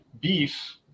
beef